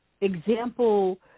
example